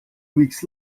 weeks